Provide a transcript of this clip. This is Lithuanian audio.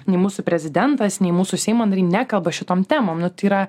nei mūsų prezidentas nei mūsų seimo nariai nekalba šitom temom nu tai yra